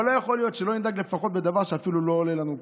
אבל לא יכול להיות שלא נדאג להם בדבר שאפילו לא עולה לנו כסף.